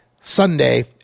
Sunday